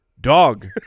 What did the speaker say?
Dog